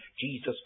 Jesus